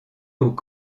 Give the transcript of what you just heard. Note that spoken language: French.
aux